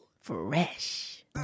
fresh